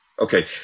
Okay